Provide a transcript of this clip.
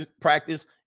practice